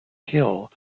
hill